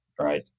Right